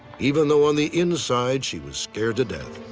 even though on the inside, she was scared to death.